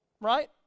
Right